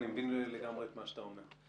אני מבין לגמרי את מה שאתה אומר.